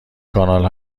کانال